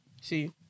See